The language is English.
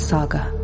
Saga